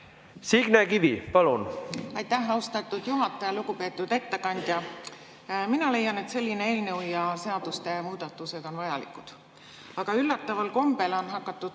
Signe Kivi, palun! Aitäh, austatud juhataja! Lugupeetud ettekandja! Mina leian, et selline eelnõu ja seaduste muudatused on vajalikud. Aga üllataval kombel on hakatud